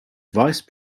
vice